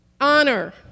Honor